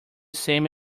same